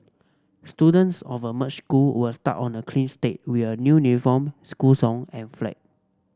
students of a merged school were start on a clean slate we a new school song and flag